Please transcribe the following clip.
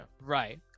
right